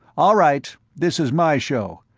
all right, this is my show.